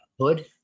hood